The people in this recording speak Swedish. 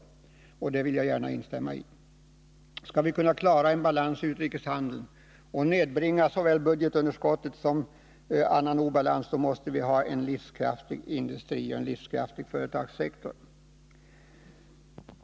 Detta vill jag gärna instämma i. För att uppnå balans i utrikeshandeln och nedbringa såväl budgetunderskott som obalans i utrikeshandeln behöver vi en livskraftig industrioch företagssektor.